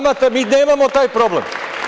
Mi nemamo taj problem.